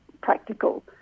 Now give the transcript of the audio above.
practical